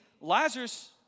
Lazarus